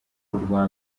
urwa